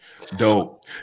Dope